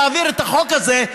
להעביר את החוק הזה,